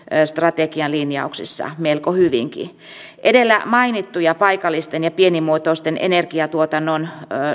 strategian linjauksissa melko hyvinkin edellä mainittu ja paikallisen ja pienimuotoisen energiatuotannon